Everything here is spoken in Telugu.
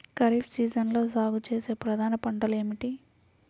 ఖరీఫ్ సీజన్లో సాగుచేసే ప్రధాన పంటలు ఏమిటీ?